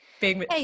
Hey